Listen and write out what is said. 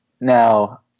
Now